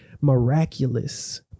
miraculous